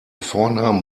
vornamen